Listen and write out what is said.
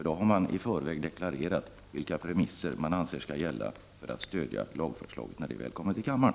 Då har vi i förväg deklarerat vilka premisser vi anser skall gälla för att miljöpartiet skall stödja ett lagförslag när det väl kommer till kammaren.